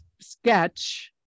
sketch